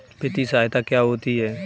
वित्तीय सहायता क्या होती है?